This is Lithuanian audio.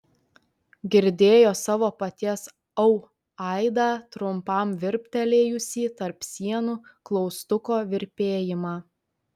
girdėjo savo paties au aidą trumpam virptelėjusį tarp sienų klaustuko virpėjimą